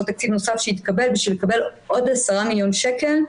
תקציב נוסף שהתקבל בשביל לקבל עוד עשרה מיליון שקל.